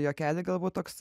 juokeliai galbūt toks